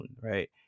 right